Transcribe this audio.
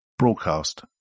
Broadcast